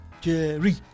Jerry